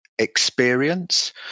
experience